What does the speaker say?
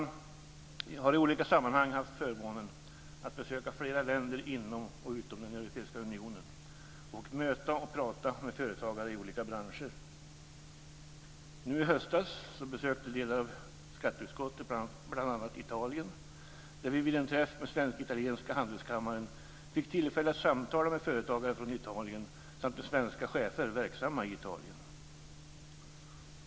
Jag har i olika sammanhang haft förmånen att besöka flera länder inom och utom den europeiska unionen och möta och prata med företagare i olika branscher. Nu i höstas besökte delar av skatteutskottet bl.a. Italien, där vi vid en träff med svensk-italienska handelskammaren fick tillfälle att samtala med företagare från Italien samt med svenska chefer verksamma i Italien.